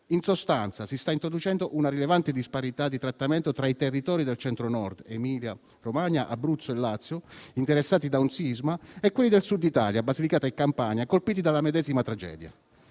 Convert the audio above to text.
In sostanza, si sta introducendo una rilevante disparità di trattamento tra i territori del Centro-Nord (Emilia Romagna, Abruzzo e Lazio), interessati da un sisma, e quelli del Sud Italia (Basilicata e Campania), colpiti dalla medesima tragedia.